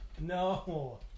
No